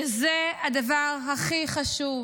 וזה הדבר הכי חשוב,